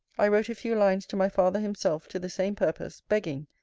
i wrote a few lines to my father himself, to the same purpose begging,